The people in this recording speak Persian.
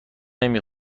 نمی